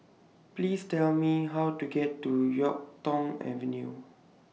Please Tell Me How to get to Yuk Tong Avenue